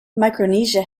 micronesia